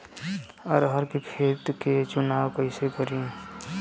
अरहर के खेत के चुनाव कईसे करी?